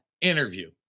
interview